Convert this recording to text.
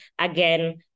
again